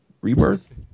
Rebirth